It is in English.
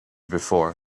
before